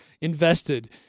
invested